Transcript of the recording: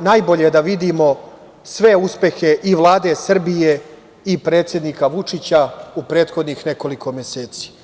najbolje da vidimo sve uspehe i Vlade Srbije i predsednika Vučića u prethodnih nekoliko meseci.